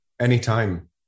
Anytime